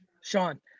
Sean